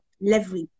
leverage